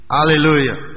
Hallelujah